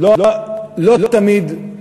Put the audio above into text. לא תמיד,